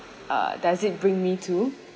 uh does it bring me to